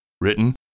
Written